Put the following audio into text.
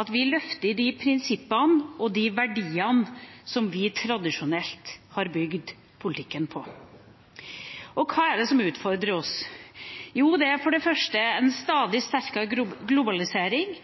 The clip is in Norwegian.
at vi løfter de prinsippene og de verdiene som vi tradisjonelt har bygd politikken på. Hva er det som utfordrer oss? Jo, det er for det første en stadig sterkere globalisering,